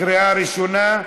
קריאה ראשונה,